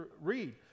read